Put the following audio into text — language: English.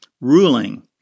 ruling